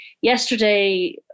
yesterday